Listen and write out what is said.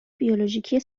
بیولوژیکی